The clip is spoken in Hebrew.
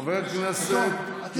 חבר הכנסת יואב בן צור, אינו נוכח.